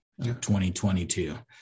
2022